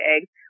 eggs